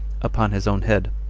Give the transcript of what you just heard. upon his own head,